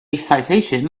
citation